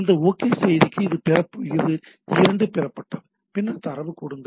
இந்த OK செய்திக்கு இது 2 பெறப்பட்டது பின்னர் தரவு கொடுங்கள்